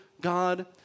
God